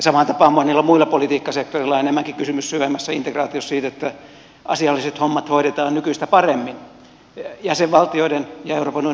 samaan tapaan monilla muilla politiikkasektoreilla on syvemmässä integraatiossa enemmänkin kysymys siitä että asialliset hommat hoidetaan nykyistä paremmin jäsenvaltioiden ja euroopan unionin yhteistyönä